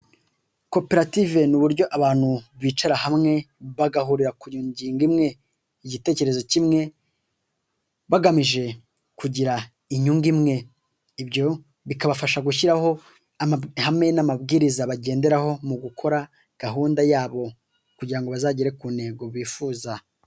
Koperative ni uburyo abantu bicara hamwe, bagahurira ku ngingo imwe, igitekerezo kimwe bagamije kugira inyungu imwe. Ibyo bikabafasha gushyiraho amahame n'amabwiriza bagenderaho mu gukora gahunda yabo kugira ngo bazagere ku ntego bifuza.